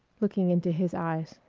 looking into his eyes.